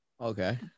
okay